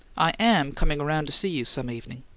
i am coming around to see you some evening.